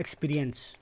experience